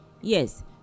Yes